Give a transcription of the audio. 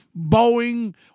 Boeing